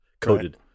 Coated